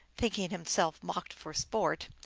thinking himself mocked for sport,